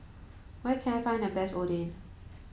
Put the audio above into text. where can I find the best Oden